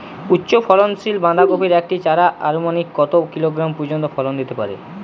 উচ্চ ফলনশীল বাঁধাকপির একটি চারা আনুমানিক কত কিলোগ্রাম পর্যন্ত ফলন দিতে পারে?